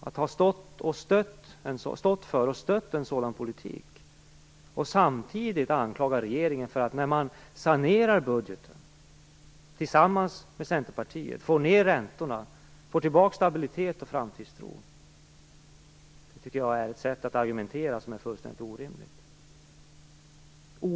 Att ha stått för och stött en sådan politik och samtidigt anklaga regeringen när den tillsammans med Centerpartiet sanerar budgeten och får ned räntorna och får tillbaka stabilitet och framtidstro tycker jag är ett sätt att argumentera som är fullständigt orimligt.